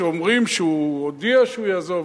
שאומרים שהוא הודיע שהוא יעזוב,